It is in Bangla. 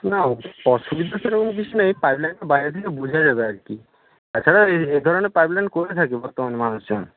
না অসুবিধা সেরকম কিছু নেই পাইপ লাইনটা বাইরে থেকে বোঝা যাবে আর কি তাছাড়া এই ধরনের পাইপ লাইন করে থাকে বর্তমান মানুষজন